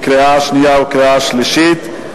קריאה שנייה וקריאה שלישית.